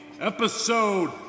episode